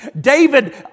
David